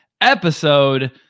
episode